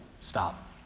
stop